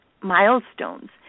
milestones